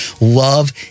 love